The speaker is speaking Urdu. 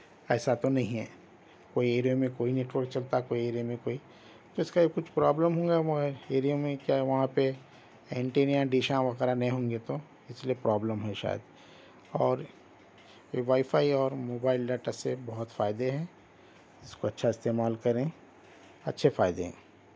ایسا تو نہیں ہے کوئی ایریے میں کوئی نیٹ ورک چلتا کوئی ایریے میں کوئی تو اس کا کچھ پروبلم ہوں گا مگر ایریے میں کیا ہے وہاں پہ اینٹینیں ڈشایں وغیرہ نہیں ہوں گے تو اس لئے پروبلم ہے شاید اور وائی فائی اور موبائل ڈاٹا سے بہت فائدے ہے اس کو اچھا استعمال کریں اچھے فائدے ہیں